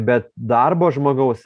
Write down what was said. be darbo žmogaus